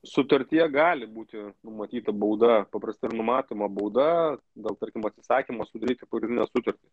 sutartyje gali būti numatyta bauda paprastai ir numatoma bauda dėl tarkim atsisakymo sudaryti pagrindinę sutartį